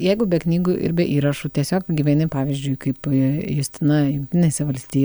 jeigu be knygų ir be įrašų tiesiog gyveni pavyzdžiui kaip justina jungtinėse valsti